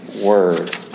word